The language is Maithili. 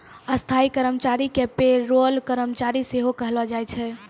स्थायी कर्मचारी के पे रोल कर्मचारी सेहो कहलो जाय छै